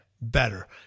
better